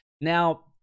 Now